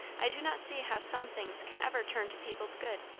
i do not see how some things can ever turn to people's good.